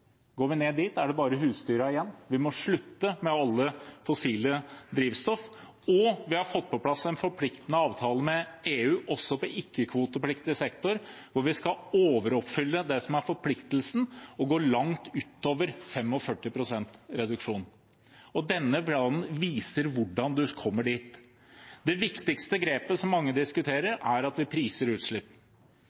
Går vi ned dit, er det bare husdyrene igjen. Vi må slutte med alle fossile drivstoff. Og vi har fått på plass en forpliktende avtale med EU også for ikke-kvotepliktig sektor, hvor vi skal overoppfylle det som er forpliktelsen, og gå langt utover 45 pst. reduksjon. Denne planen viser hvordan vi kommer dit. Det viktigste grepet som mange diskuterer, er at vi priser utslipp.